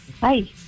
Hi